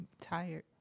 tired